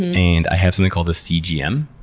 and i have something called a cgm.